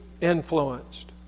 influenced